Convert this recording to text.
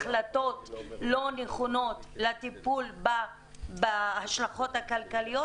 החלטות לא נכונות לטיפול בהשלכות הכלכליות,